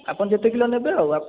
ଆପଣ ଯେତେ କିଲୋ ନେବେ ଆଉ ଆ